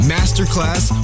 Masterclass